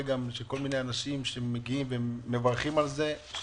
כל מיני אנשים שמגיעים ללשכות האוכלוסין ומברכים על זה.